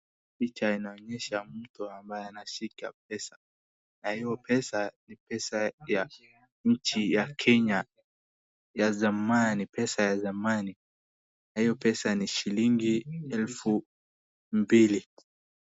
Picha inaonyesha mtu ambaye anashika pesa, na hiyo pesa ni pesa ya nchi ya Kenya ya zamani, pesa ya zamani, na hiyo pesa ni shilingi elfu mbili.